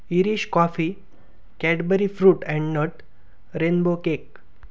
irish coffee Cadbury fruit and nut rainbow cake